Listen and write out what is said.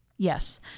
Yes